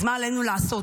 אז מה עלינו לעשות?